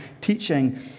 teaching